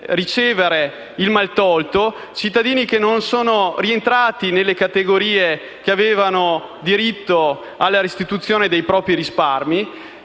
ricevere il maltolto, perché non sono rientrati nelle categorie che avevano diritto alla restituzione dei propri risparmi,